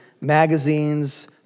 magazines